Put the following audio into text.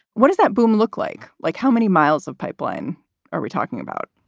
what does that boom look like? like how many miles of pipeline are we talking about?